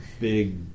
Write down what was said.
big